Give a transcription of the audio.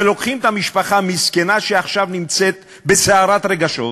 ולוקחים את המשפחה המסכנה שעכשיו נמצאת בסערת רגשות,